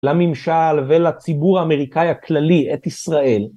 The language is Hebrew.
לממשל ולציבור האמריקאי הכללי את ישראל.